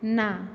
না